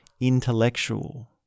intellectual